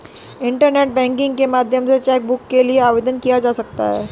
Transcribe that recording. internet banking के माध्यम से चैकबुक के लिए आवेदन दिया जा सकता है